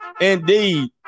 Indeed